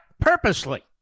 purposely